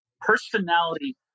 Personality